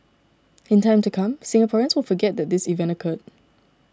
in time to come Singaporeans will forget that this event occur